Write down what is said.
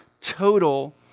Total